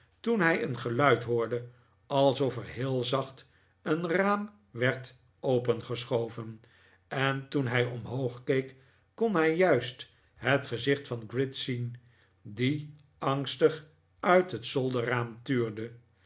toen hij een geluid hoorde alsof er heel zacht een raam werd opengeschoven en toen hij omhoog keek kon hij juist het gezicht van gride zien die angstig uit het zolderraam tuurde